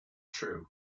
true